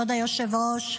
כבוד היושב-ראש,